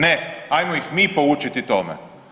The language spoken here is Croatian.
Ne, hajmo ih mi poučiti tome.